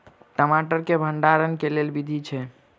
टमाटर केँ भण्डारण केँ लेल केँ विधि छैय?